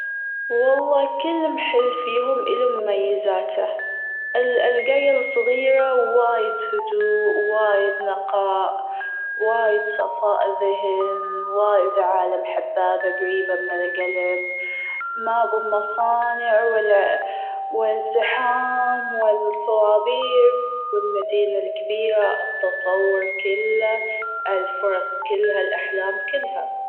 والله كل محل فيهم إليه مميزاته. ال- القرية الصغيرة وايد هدوء وايد نقاء وايد صفاء الذهن وايد عالم حبابة قريبة من القلب. ما بو مصانع ولا و ازدحام و الصواريخ و المدينة الكبيرة التطور كله، الفرص كلها، الاحلام كلها.